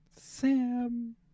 Sam